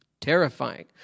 Terrifying